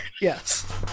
yes